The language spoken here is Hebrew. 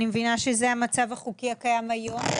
אני מבינה שזה המצב החוקי הקיים היום?